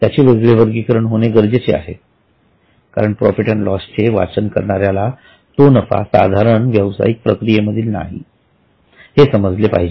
त्याचे वेगळे वर्गीकरण होणे गरजेचे आहे कारण प्रॉफिट अँड लॉस चे वाचन करणाऱ्याला तो नफा साधारण व्यावसायिक प्रक्रिये मधील नाही हे समजले पाहिजे